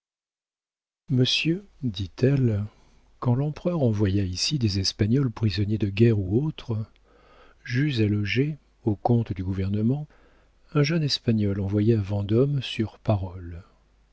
monsieur dit-elle quand l'empereur envoya ici des espagnols prisonniers de guerre ou autres j'eus à loger au compte du gouvernement un jeune espagnol envoyé à vendôme sur parole